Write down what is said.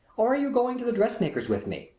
or are you going to the dressmaker's with me?